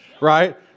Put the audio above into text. right